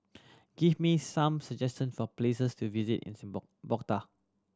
give me some suggestion for places to visit in Bogota